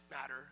matter